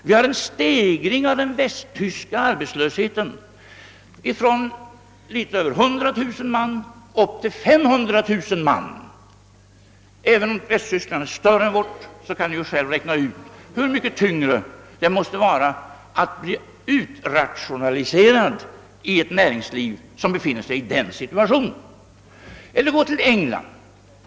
Den västtyska arbetslösheten steg redan före Ruhrkatastrofen från något över 100 000 upp till 500 000 man. Även om Västtyskland är större än vårt land kan ni själva räkna ut hur mycket tyngre det måste vara att bli utrationaliserad i ett näringsliv som befinner sig i den situationen. Eller gå till England!